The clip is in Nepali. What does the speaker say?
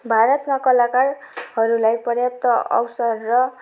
भारतमा कलाकारहरूलाई पर्याप्त अवसर र